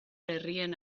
herrien